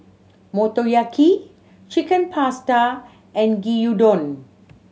Motoyaki Chicken Pasta and Gyudon